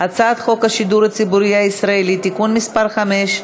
השידור הציבורי הישראלי (תיקון מס' 5),